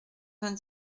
vingt